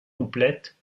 complète